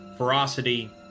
ferocity